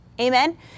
Amen